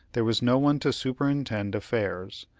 there was no one to superintend affairs,